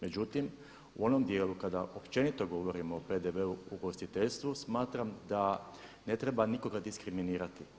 Međutim, u onom dijelu kada općenito govorimo o PDV-u u ugostiteljstvu smatram da ne treba nikoga diskriminirati.